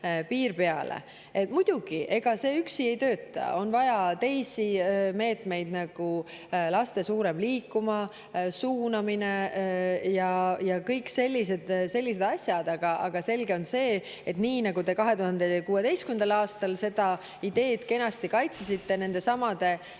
piir peale. Muidugi, ega see üksi ei tööta, on vaja ka teisi meetmeid, nagu laste suurem liikuma suunamine ja kõik sellised asjad. Aga selge on see, et nii nagu te 2016. aastal seda ideed kenasti kaitsesite nendesamade